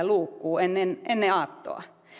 luukkuun ennen aattoa